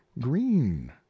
green